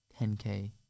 10K